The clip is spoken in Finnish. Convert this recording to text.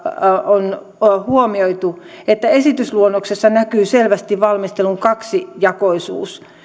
on huomioitu että esitysluonnoksessa näkyy selvästi valmistelun kaksijakoisuus